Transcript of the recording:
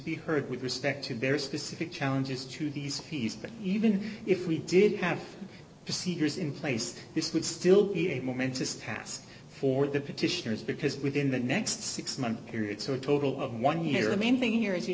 be heard with respect to very specific challenges to these fees but even if we did have procedures in place this would still be a momentous task for the petitioners because within the next six month period so a total of one here the main thing here is you